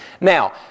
Now